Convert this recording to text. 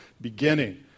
beginning